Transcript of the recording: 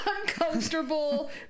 uncomfortable